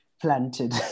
planted